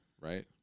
right